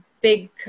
big